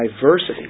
diversity